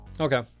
Okay